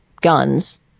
guns